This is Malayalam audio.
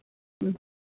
ഉം